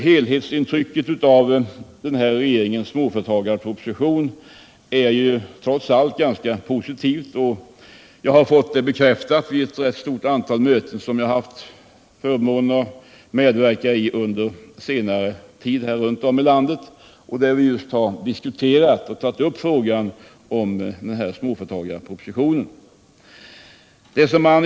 Helhetsintrycket av regeringens småföretagarproposition = företagens utveckär trots allt synnerligen positivt, vilket också har bekräftats vid de många = ling, m.m. möten som jag har haft förmånen att medverka vid under senare tid runt om i landet, där frågan om småföretagarpropositionen har diskuterats.